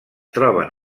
troben